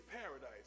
paradise